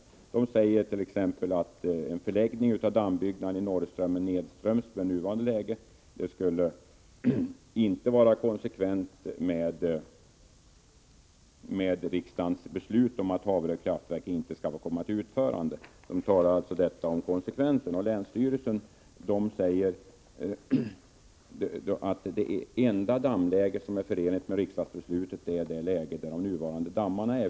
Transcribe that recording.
Man säger bl.a. att en förläggning av en dammbyggnad i Norreströmmen nedströms det nuvarande läget inte skulle vara i konsekvens med riksdagens beslut att Haverö kraftverk inte skall få komma till utförande. Man talar alltså om konsekvenserna. Länsstyrelsen säger att det enda dammläge som är förenligt med riksdagsbeslutet är det läge där de nuvarande dammarna finns.